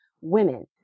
women